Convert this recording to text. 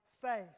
faith